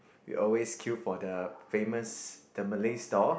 we always queue for the famous the Malay store